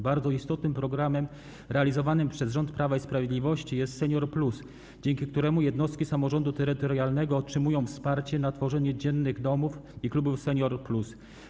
Bardzo istotnym programem realizowanym przez rząd Prawa i Sprawiedliwości jest „Senior+”, dzięki któremu jednostki samorządu terytorialnego otrzymują wsparcie na tworzenie dziennych domów i klubów „Senior+”